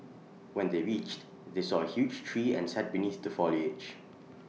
when they reached they saw A huge tree and sat beneath the foliage